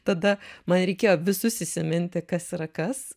tada man reikėjo visus įsiminti kas yra kas